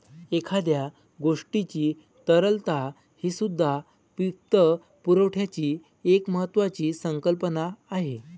एखाद्या गोष्टीची तरलता हीसुद्धा वित्तपुरवठ्याची एक महत्त्वाची संकल्पना आहे